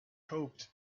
hoped